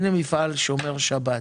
אם המפעל הוא שומר שבת,